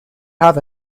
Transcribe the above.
have